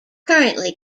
currently